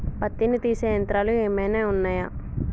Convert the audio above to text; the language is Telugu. పత్తిని తీసే యంత్రాలు ఏమైనా ఉన్నయా?